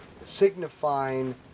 signifying